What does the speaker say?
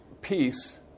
peace